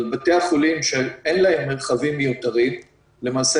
אבל בתי החולים שאין להם מרחבים מיותרים למעשה